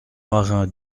marins